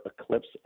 eclipse